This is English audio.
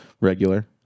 regular